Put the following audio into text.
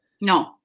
No